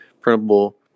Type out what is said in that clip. printable